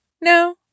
No